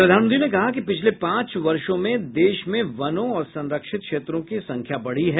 प्रधानमंत्री ने कहा कि पिछले पांच वर्ष में देश में वनों और संरक्षित क्षेत्रों की संख्या बढ़ी है